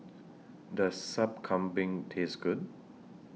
Does Sup Kambing Taste Good